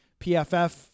pff